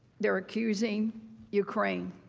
they are accusing ukraine.